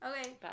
Okay